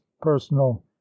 personal